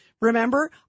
remember